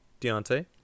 Deontay